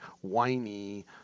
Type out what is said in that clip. whiny